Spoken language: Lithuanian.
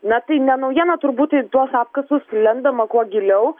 na tai ne naujiena turbūt į tuos apkasus lendama kuo giliau